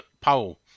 poll